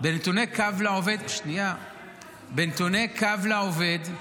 בנתוני קו לעובד --- לא.